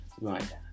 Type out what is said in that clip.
right